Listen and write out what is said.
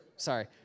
Sorry